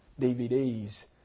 DVDs